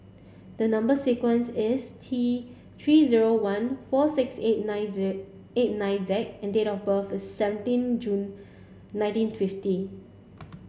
the number sequence is T three zero one four six eight nine Z eight nine Z and date of birth is seventeen June nineteen fifty